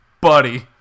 Buddy